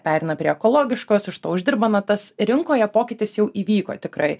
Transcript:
pereina prie ekologiškos iš to uždirbama tas rinkoje pokytis jau įvyko tikrai